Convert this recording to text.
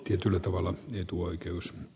tietyllä tavalla etuoikeus